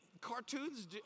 Cartoons